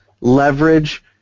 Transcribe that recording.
leverage